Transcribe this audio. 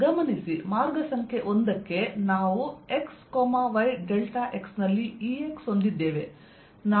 ಗಮನಿಸಿ ಮಾರ್ಗ ಸಂಖ್ಯೆ 1 ಕ್ಕೆ ನಾವು x y ∆x ನಲ್ಲಿ Ex ಹೊಂದಿದ್ದೇವೆ